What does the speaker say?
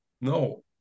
No